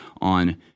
on